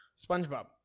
Spongebob